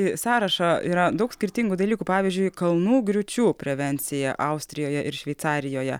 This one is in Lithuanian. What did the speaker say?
į sąrašą yra daug skirtingų dalykų pavyzdžiui kalnų griūčių prevencija austrijoje ir šveicarijoje